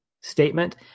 statement